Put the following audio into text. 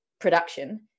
production